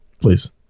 please